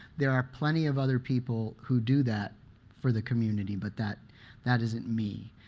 there are plenty of other people who do that for the community, but that that isn't me.